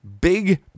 big